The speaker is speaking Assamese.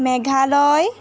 মেঘালয়